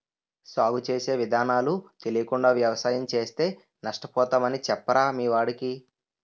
సాగు చేసే విధానాలు తెలియకుండా వ్యవసాయం చేస్తే నష్టపోతామని చెప్పరా మీ వాడికి